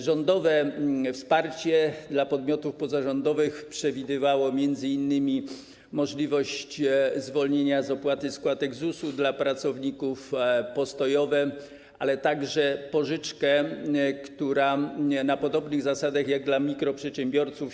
Rządowe wsparcie dla podmiotów pozarządowych przewidywało m.in. możliwość zwolnienia z opłaty składek ZUS dla pracowników, postojowe, ale także pożyczkę, która jest realizowana na podobnych zasadach co pożyczki dla mikroprzedsiębiorców.